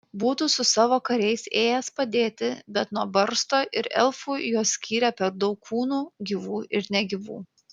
būtų su savo kariais ėjęs padėti bet nuo barsto ir elfų juos skyrė per daug kūnų gyvų ir negyvų